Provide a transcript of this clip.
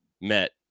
met